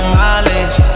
mileage